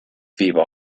weber